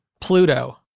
Pluto